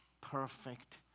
perfect